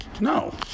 No